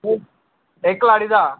इक्क कलाड़ी दा